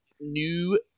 new